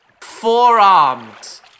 Forearms